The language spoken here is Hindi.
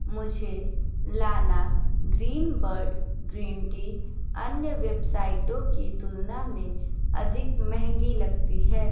मुझे लाना ग्रीनबर्ड ग्रीन टी अन्य वेबसाइटों की तुलना में अधिक महंगी लगती है